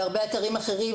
בהרבה אתרים אחרים